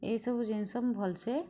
ଏଇସବୁ ଜିନିଷ ମୁଁ ଭଲସେ